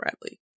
Bradley